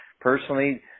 personally